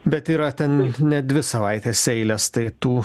bet yra ten ne dvi savaitės eilės tai tų